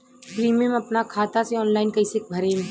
Premium अपना खाता से ऑनलाइन कईसे भरेम?